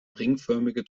ringförmige